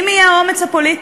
אם יהיה האומץ הפוליטי.